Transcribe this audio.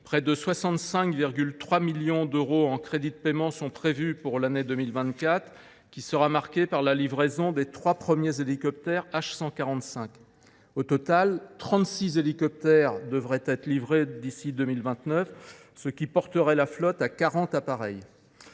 Près de 65,3 millions d’euros en crédits de paiement sont prévus pour l’année 2024, qui sera marquée par la livraison des trois premiers hélicoptères H145. Au total, trente six hélicoptères seront livrés d’ici à 2029, ce qui portera la flotte à quarante appareils.